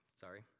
Sorry